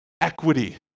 Equity